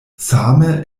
same